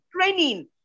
training